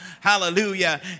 hallelujah